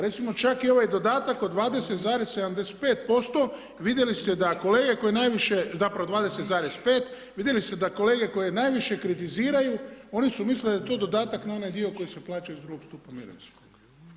Recimo, čak i ovaj dodatak od 20,75% vidjeli ste da kolege koji najviše, zapravo 20,5, vidjeli ste da kolege koji najviše kritiziraju oni su mislili da je to dodatak na onaj dio koji se plaća iz drugog stupa mirovinskog.